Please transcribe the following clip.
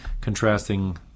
contrasting